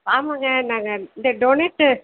ஆமாங்க நாங்கள் இந்த டோணட்டு